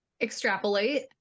Extrapolate